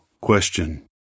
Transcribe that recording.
Question